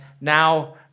now